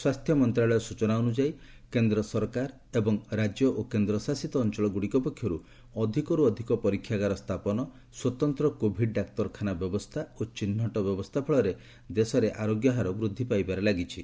ସ୍ୱାସ୍ଥ୍ୟ ମନ୍ତ୍ରାଳୟ ସୂଚନା ଅନୁଯାୟୀ କେନ୍ଦ ସରକାର ଏବଂ ରାଜ୍ୟ ଓ କେନ୍ଦ ଶାସିତ ଅଞ୍ଚଳଗ୍ରଡିକ ପକ୍ଷରୁ ଅଧ୍ୟକରୁ ଅଧିକ ପରୀକ୍ଷାଗାର ସ୍ଥାପନ ସ୍ୱତନ୍ତ୍ର କୋଭିଡ ଡାକ୍ତରଖାନା ବ୍ୟବସ୍ଥା ଓ ଚିହ୍ନଟ ବ୍ୟବସ୍ଥା ଫଳରେ ଦେଶରେ ଆରୋଗ୍ୟ ହାର ବୃଦ୍ଧି ପାଇବାରେ ଲାଗିଛି